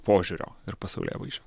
požiūrio ir pasaulėvaizdžio